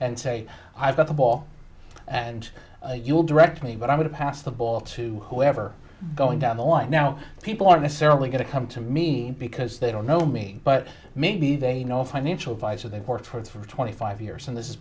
and say i've got the ball and you'll direct me but i'm going to pass the ball to whoever going down the line now people aren't necessarily going to come to me because they don't know me but maybe they know a financial advisor they portraits for twenty five years and this